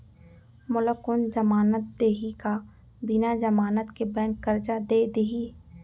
मोला कोन जमानत देहि का बिना जमानत के बैंक करजा दे दिही?